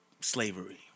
slavery